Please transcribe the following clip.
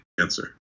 answer